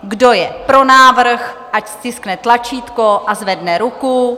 Kdo je pro návrh, ať stiskne tlačítko a zvedne ruku.